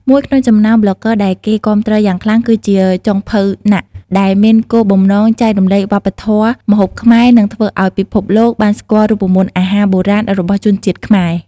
មួយក្នុងចំណោមប្លុកហ្គើដែលគេគាំទ្រយ៉ាងខ្លាំង គឺជាចុងភៅណាក់ ដែលមានគោលបំណងចែករំលែកវប្បធម៌ម្ហូបខ្មែរនិងធ្វើឲ្យពិភពលោកបានស្គាល់រូបមន្តអាហារបុរាណរបស់ជនជាតិខ្មែរ។